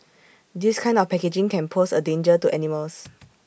this kind of packaging can pose A danger to animals